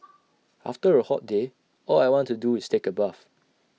after A hot day all I want to do is take A bath